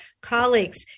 colleagues